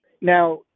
Now